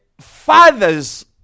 fathers